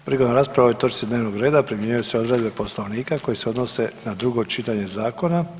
Prigodom rasprave o ovoj točci dnevnog reda primjenjuju se odredbe Poslovnika koje se odnose na drugo čitanje zakona.